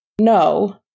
No